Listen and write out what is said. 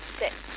six